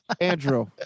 Andrew